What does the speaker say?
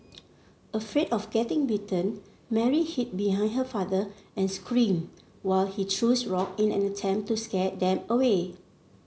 afraid of getting bitten Mary hid behind her father and screamed while he threw rock in an attempt to scare them away